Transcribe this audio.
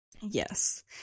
Yes